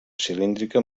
cilíndrica